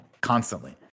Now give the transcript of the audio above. constantly